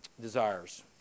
desires